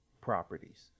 properties